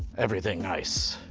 everything nice.